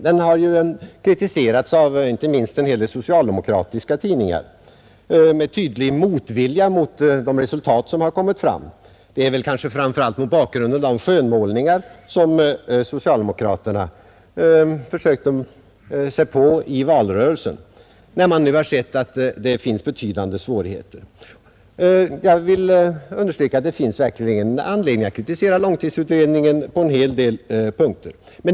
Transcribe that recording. Den har kritiserats, inte minst av en rad socialdemokratiska tidningar med tydlig motvilja mot de resultat som har framkommit. Detta bör kanske framför allt ses mot bakgrunden av de skönmålningar som socialdemokraterna försökte sig på i valrörelsen; nu har man sett att det finns betydande svårigheter. Jag vill understryka att det verkligen finns anledning att kritisera långtidsutredningen på en del punkter.